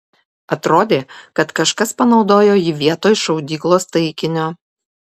atrodė kad kažkas panaudojo jį vietoj šaudyklos taikinio